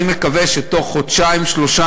אני מקווה שבתוך חודשיים-שלושה,